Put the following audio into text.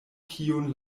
kiun